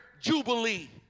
jubilee